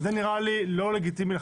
זה נראה לי לא לגיטימי לחלוטין.